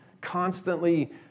constantly